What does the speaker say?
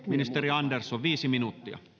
ministeri andersson viisi minuuttia